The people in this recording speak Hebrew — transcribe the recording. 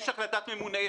יש החלטת ממונה.